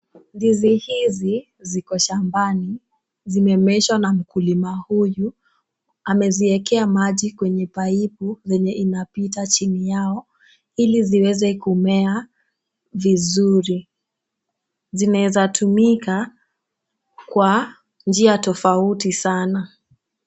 Ndizi hizi ziko shambani zimemeeshwa na mkulima huyu, ameziwekea maji kwenye paipu yenye inapita chini yao iliziweze kumea vizuri, zinaweza tumika kwa njia tofauti sana.